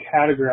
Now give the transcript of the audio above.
categorize